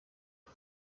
uyu